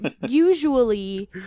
usually